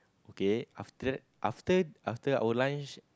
okay after after after our lunch